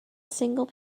single